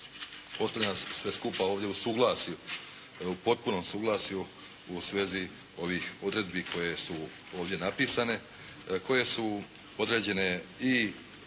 ostavlja nas sve skupa ovdje u suglasju, u potpunom suglasju u svezi ovih odredbi koje su ovdje napisane, koje su određene i